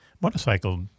motorcycle